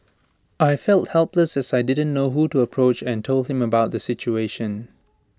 I felt helpless as I didn't know who to approach and told him about the situation